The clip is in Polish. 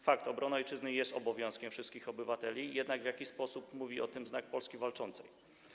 Fakt, obrona ojczyzny jest obowiązkiem wszystkich obywateli, jednak w jaki sposób mówi o tym Znak Polski Walczącej?